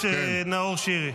כן ----- חבר הכנסת נאור שירי,